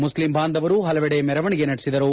Muslim ಬಾಂಧವರು ಹಲವೆಡೆ ಮೆರವಣಿಗೆ ನಡೆಸಿದರು